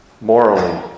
morally